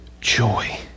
joy